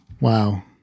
Wow